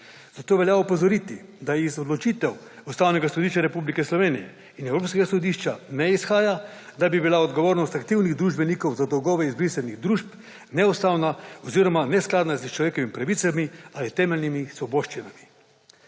Zato velja opozoriti, da iz odločitev Ustavnega sodišča Republike Slovenije in Evropskega sodišča ne izhaja, da bi bila odgovornost aktivnih družbenikov za dolgove izbrisanih družb neustavna oziroma neskladna s človekovimi pravicami ali temeljnimi svoboščinami.